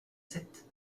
sept